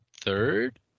third